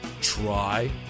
try